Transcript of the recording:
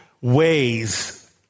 ways